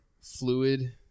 fluid